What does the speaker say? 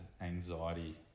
anxiety